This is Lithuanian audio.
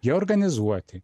jie organizuoti